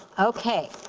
okay,